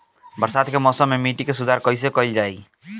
बरसात के मौसम में मिट्टी के सुधार कइसे कइल जाई?